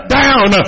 down